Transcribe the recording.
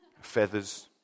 Feathers